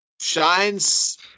shines